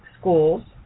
schools